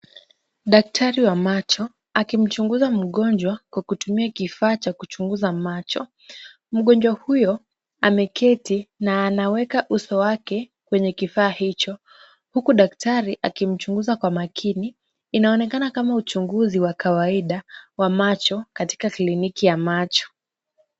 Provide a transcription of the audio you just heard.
Daktari wa macho akimchunguza mgonjwa kwa kutumia kifaa cha kuchunguza macho. Mgonjwa huyo ameketi na anaweka uso wake kwenye kifaa hicho huku daktari akimchunguza kwa makini. Inaonekana kama uchunguzi wa kawaida wa macho katika kliniki ya macho.